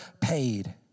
paid